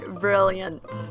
brilliant